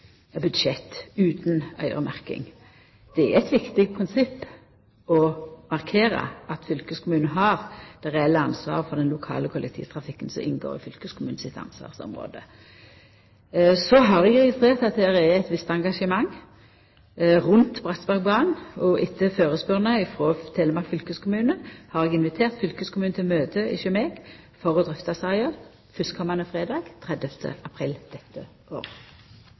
budsjett utan øyremerking. Det er eit viktig prinsipp for å markera at fylkeskommunen har det reelle ansvaret for den lokale kollektivtrafikken som inngår i fylkeskommunen sitt ansvarsområde. Eg har registrert at det er et visst engasjement rundt Bratsbergbanen. Etter førespurnad frå Telemark fylkeskommune har eg invitert fylkeskommunen til eit møte hos meg for å drøfta saka fyrstkommande fredag, 30. april